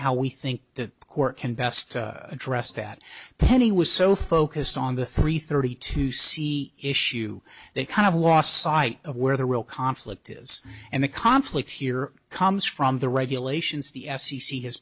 how we think the court can best address that penny was so focused on the three thirty to see issue they kind of lost sight of where the real conflict is and the conflict here comes from the regulations the f c c has